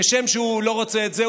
כשם שהוא לא רוצה את זה,